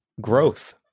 growth